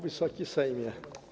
Wysoki Sejmie!